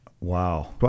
Wow